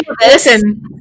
listen